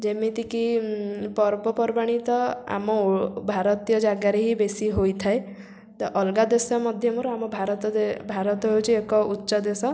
ଯେମିତିକି ପର୍ବ ପର୍ବାଣି ତ ଆମ ଓ ଭାରତୀୟ ଜାଗାରେ ବେଶୀ ହୋଇଥାଏ ତ ଅଲଗା ଦେଶ ମଧ୍ୟରୁ ଆମ ଭାରତ ଭାରତ ହେଉଛି ଏକ ଉଚ୍ଚ ଦେଶ